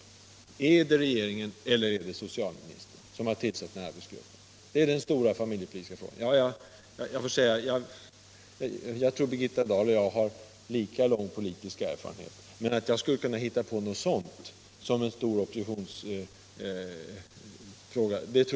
Är det regeringen eller socialministern som har gjort det?